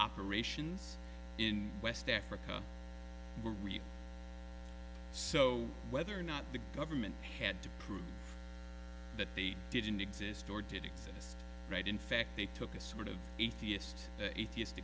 operations in west africa were real so whether or not the government had to prove that they didn't exist or did exist right in fact they took a sort of atheist atheist